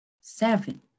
Seven